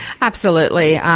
absolutely,